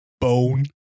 Bone